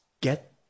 Get